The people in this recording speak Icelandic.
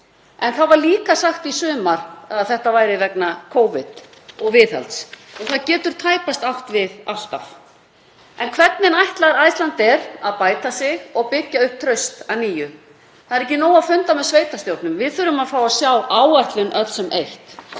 En það var líka sagt í sumar að þetta væri vegna Covid og viðhalds og það getur tæpast átt við alltaf. En hvernig ætlar Icelandair að bæta sig og byggja upp traust að nýju? Það er ekki nóg að funda með sveitarstjórnum, við þurfum að fá að sjá áætlun, öll sem eitt.